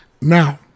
Now